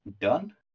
done